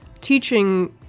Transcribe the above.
teaching